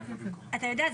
אתה יודע,